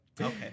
Okay